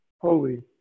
Holy